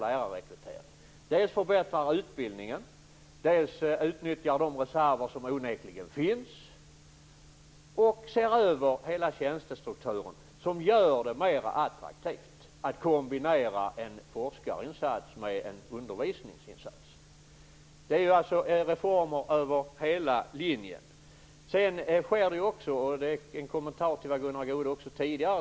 Det handlar dels om att förbättra utbildningen, dels om att utnyttja de reserver som onekligen finns och att se över hela tjänstestrukturen så att det blir mer attraktivt att kombinera en forskarinsats med en undervisningsinsats. Det är alltså reformer över hela linjen. Sedan har jag en kommentar till det Gunnar Goude sade tidigare.